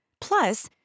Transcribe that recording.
Plus